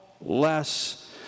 less